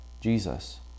Jesus